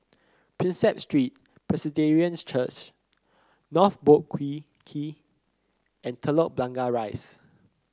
Prinsep Street Presbyterian Church North Boat Quay Key and Telok Blangah Rise